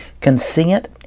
consent